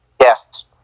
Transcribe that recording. Yes